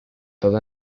todo